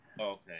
Okay